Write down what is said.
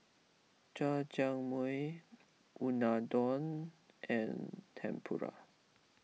Jajangmyeon Unadon and Tempura